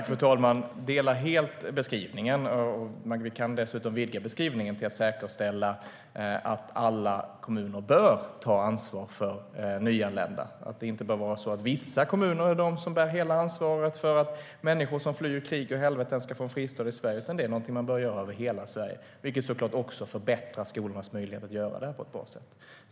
Fru talman! Jag delar helt beskrivningen. Man kan dessutom vidga beskrivningen till att det handlar om att alla kommuner bör ta ansvar för nyanlända. Det bör inte vara så att vissa kommuner är de som bär hela ansvaret för att människor som flyr från krig och helvete ska få en fristad i Sverige. Det är något kommuner i hela Sverige bör göra, vilket såklart också förbättrar skolornas möjlighet att göra det här på ett bra sätt.